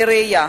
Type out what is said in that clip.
לראיה,